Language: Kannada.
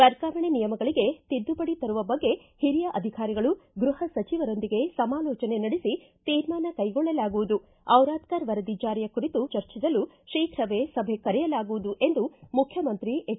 ವರ್ಗಾವಣೆ ನಿಯಮಗಳಿಗೆ ತಿದ್ದುಪಡಿ ತರುವ ಬಗ್ಗೆ ಹಿರಿಯ ಅಧಿಕಾರಿಗಳು ಗೃಹ ಸಚಿವರೊಂದಿಗೆ ಸಮಾಲೋಚನೆ ನಡೆಬ ತೀರ್ಮಾನ ಕೈಗೊಳ್ಳಲಾಗುವುದು ದಿರಾದಕರ್ ವರದಿ ಜಾರಿಯ ಕುರಿತು ಸಹ ಚರ್ಚಿಸಲು ಶೀಘವೇ ಸಭೆ ಕರೆಯಲಾಗುವುದು ಎಂದು ಮುಖ್ಚಮಂತ್ರಿ ಎಚ್